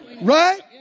Right